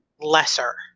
lesser